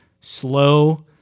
slow